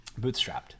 Bootstrapped